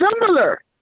similar